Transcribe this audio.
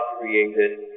created